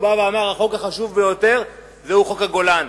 והוא אמר: החוק החשוב ביותר הוא חוק הגולן.